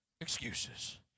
excuses